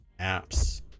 apps